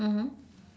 mmhmm